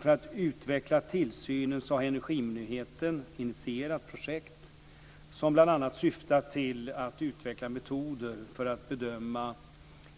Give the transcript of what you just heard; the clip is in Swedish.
För att utveckla tillsynen har Energimyndigheten initierat projekt som bl.a. syftar till att utveckla metoder för att bedöma